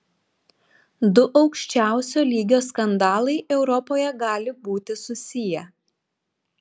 du aukščiausio lygio skandalai europoje gali būti susiję